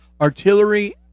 artillery